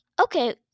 Okay